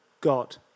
God